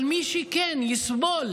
אבל מי שכן יסבול